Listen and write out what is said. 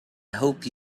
hope